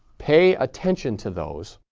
pay attention to those,